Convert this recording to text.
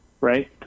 right